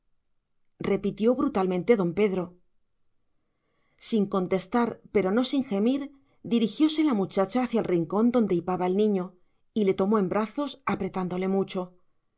repitió brutalmente don pedro sin contestar pero no sin gemir dirigióse la muchacha hacia el rincón donde hipaba el niño y le tomó en brazos apretándole mucho